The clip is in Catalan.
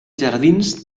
jardins